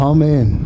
Amen